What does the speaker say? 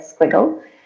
squiggle